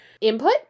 input